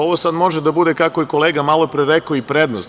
Ovo sad može da bude, kako je kolega malopre rekao, i prednost.